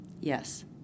Yes